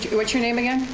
what's your name again?